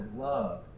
love